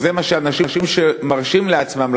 או זה מה שאנשים מרשים לעצמם,